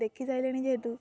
ଦେଖିସାରିଲିଣି ଯେହେତୁ